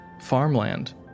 farmland